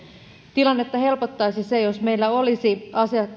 tilannetta helpottaisi se jos meillä olisi